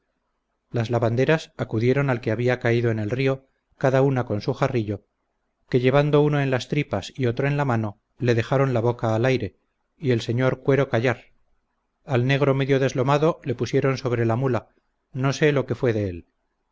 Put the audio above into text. las lavanderas acudieron al que había caído en el río cada una con su jarrillo que llevando uno en las tripas y otro en la mano le dejaron la boca al aire y el señor cuero callar al negro medio deslomado le pusieron sobre la mula no sé lo que fué de él